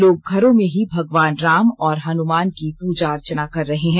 लोग घरों में ही भगवान राम और हनुमान की पूजा अर्चना कर रहे हैं